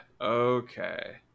Okay